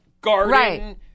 garden